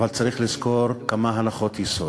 אבל צריך לזכור כמה הנחות יסוד: